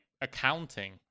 accounting